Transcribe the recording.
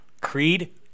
Creed